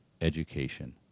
education